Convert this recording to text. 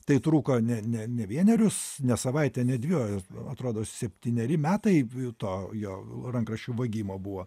tai truko ne ne ne vienerius ne savaitę ne dvi o atrodo septyneri metai jų to jo rankraščių vagimo buvo